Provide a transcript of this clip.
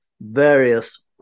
various